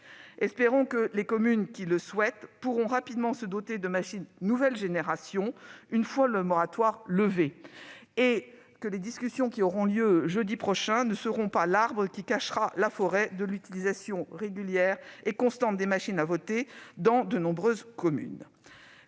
Espérons que les communes qui le souhaitent pourront rapidement se doter de machines nouvelle génération, une fois le moratoire levé. Espérons aussi que les discussions qui auront lieu jeudi prochain ne soient pas l'arbre qui cache la forêt de l'utilisation régulière et constante des machines à voter dans de nombreuses communes